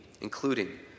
including